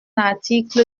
article